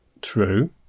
True